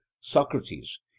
socrates